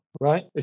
right